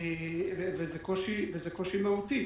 וזה קושי מהותי.